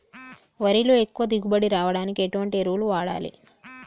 వరిలో ఎక్కువ దిగుబడి రావడానికి ఎటువంటి ఎరువులు వాడాలి?